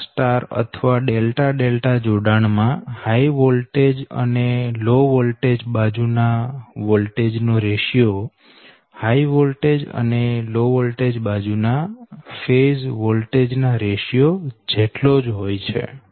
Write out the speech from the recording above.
star star અથવા delta delta જોડાણ માં હાય વોલ્ટેજ અને લો વોલ્ટેજ બાજુ ના વોલ્ટેજ નો રેશીયો હાય વોલ્ટેજ અને લો વોલ્ટેજ બાજુ ના ફેઝ વોલ્ટેજ ના રેશીયો જેટલો જ હોય છે